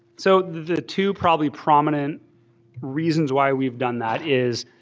so the two, probably prominent reasons why we've done that is,